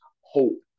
hope